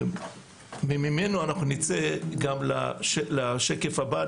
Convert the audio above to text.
וממנו אנחנו נצא גם לשקף הבא.